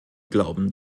glauben